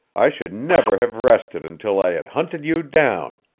i should never have rested until i had hunted you down,